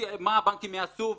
מה הבנקים יעשו,